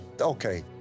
okay